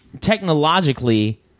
technologically